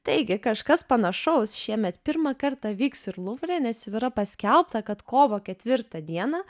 taigi kažkas panašaus šiemet pirmą kartą vyks ir luvre nes jau yra paskelbta kad kovo ketvirtą dieną